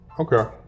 Okay